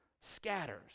scatters